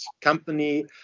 company